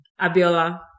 Abiola